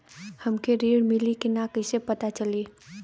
हमके ऋण मिली कि ना कैसे पता चली?